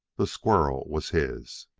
the squirrel was his.